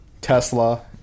Tesla